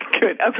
Good